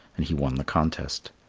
and he won the contest.